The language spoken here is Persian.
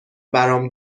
برام